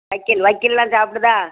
வைக்கோல் வைக்கோல்லாம் சாப்பிடுதா